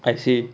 I see